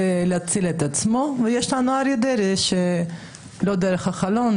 זה להציל את עצמו ויש לנו את אריה דרעי שלא דרך החלון,